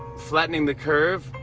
flattening the curve.